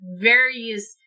various